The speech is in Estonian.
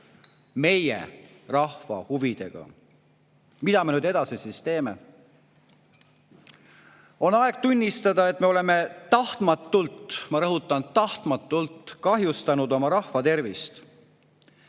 meie rahva huvidega. Mida me nüüd edasi teeme? On aeg tunnistada, et me oleme tahtmatult – ma rõhutan, tahtmatult – kahjustanud oma rahva tervist.